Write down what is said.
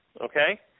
Okay